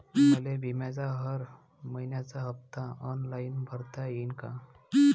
मले बिम्याचा हर मइन्याचा हप्ता ऑनलाईन भरता यीन का?